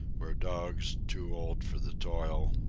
where dogs, too old for the toil,